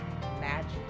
magic